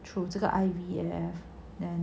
through 这个 I_V_F